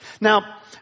Now